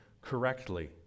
correctly